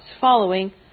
following